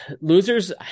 losers